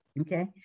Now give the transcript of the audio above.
okay